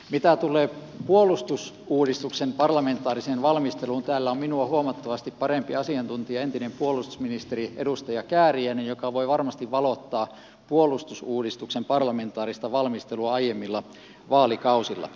mitä tulee puolustusuudistuksen parlamentaariseen valmisteluun täällä on minua huomattavasti parempi asiantuntija entinen puolustusministeri edustaja kääriäinen joka voi varmasti valottaa puolustusuudistuksen parlamentaarista valmistelua aiemmilla vaalikausilla